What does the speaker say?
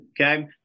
Okay